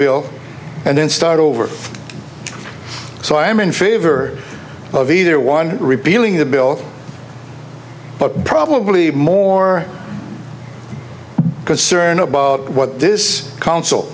bill and then start over so i am in favor of either one repealing the bill but probably more concerned about what this co